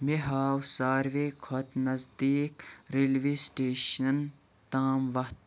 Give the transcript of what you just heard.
مے ہاو سارِوٕے کھۄتہٕ نٔزدیٖک ریلوے سِٹیشن تام وَتھ